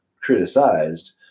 criticized